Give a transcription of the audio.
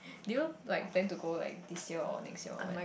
you know like plan to go like this year or next year or when